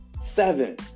Seven